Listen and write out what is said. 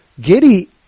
Giddy